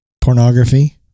pornography